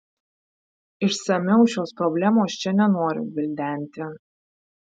išsamiau šios problemos čia nenoriu gvildenti